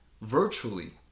virtually